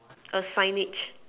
a signage